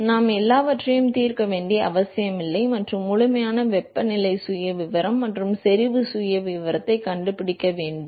எனவே நாம் எல்லாவற்றையும் தீர்க்க வேண்டிய அவசியமில்லை மற்றும் முழுமையான வெப்பநிலை சுயவிவரம் மற்றும் செறிவு சுயவிவரத்தை கண்டுபிடிக்க வேண்டும்